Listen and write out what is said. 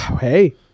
Hey